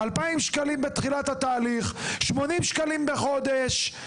2,000 שקלים בתחילת התהליך, 80 שקלים בחודש.